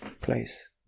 place